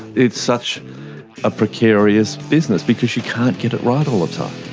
it's such a precarious business because you can't get it right all the time.